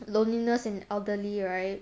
loneliness in elderly right